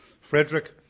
Frederick